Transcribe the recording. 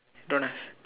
don't have